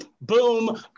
boom